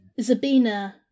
Zabina